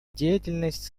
деятельность